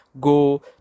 go